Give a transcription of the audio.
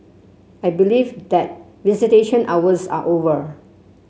I believe that visitation hours are over